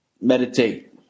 Meditate